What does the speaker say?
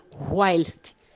whilst